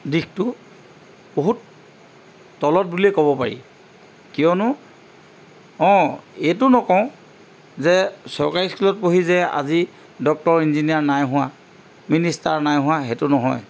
দিশটো বহুত তলত বুলিয়ে ক'ব পাৰি কিয়নো অঁ এইটো নকওঁ যে চৰকাৰী স্কুলত পঢ়ি যে আজি ডক্টৰ ইঞ্জিনিয়াৰ নাই হোৱা মিনিষ্টাৰ নাই হোৱা সেইটো নহয়